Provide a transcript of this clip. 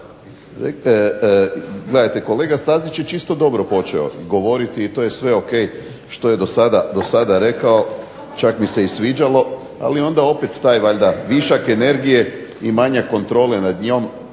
Gledajte kolega Stazić je čisto dobro počeo govoriti i to je sve ok što je dosada rekao, čak mi se i sviđalo. Ali onda opet taj valjda višak energije i manjak kontrole nad njom